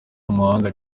w’umuhanga